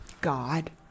God